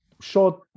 shot